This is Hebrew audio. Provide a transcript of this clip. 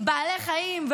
בעלי חיים,